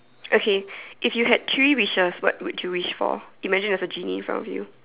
okay if you had three wishes what would you wish for imagine there's a genie in front of you